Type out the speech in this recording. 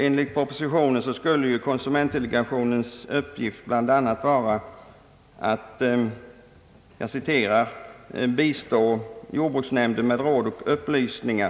Enligt propositionen skulle ju konsumentdelegationens uppgift bl.a. vara att bistå statens jordbruksnämnd med råd och upplysningar.